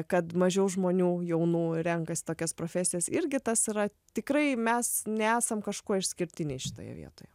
kad mažiau žmonių jaunų renkasi tokias profesijas irgi tas yra tikrai mes nesam kažkuo išskirtiniai šitoje vietoje